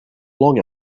long